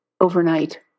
overnight